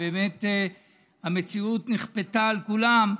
ובאמת המציאות נכפתה על כולם,